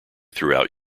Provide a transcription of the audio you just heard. throughout